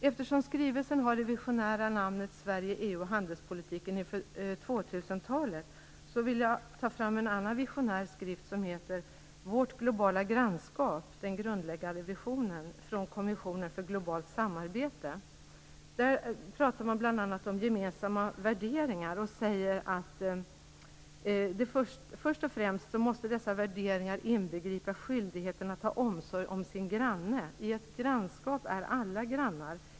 Eftersom skrivelsen har det visionära namnet Sverige, EU och handelspolitiken inför 2000-talet, vill jag ta fram en annan visionär skrift, som heter Vårt globala grannskap - den grundläggande visionen. Den kommer från kommissionen för globalt samarbete. Där pratar man bl.a. om gemensamma värderingar och säger: "Först och främst måste dessa värden inbegripa skyldigheten att ha omsorg om sin granne. I ett grannskap är alla grannar.